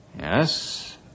Yes